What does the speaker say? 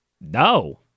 No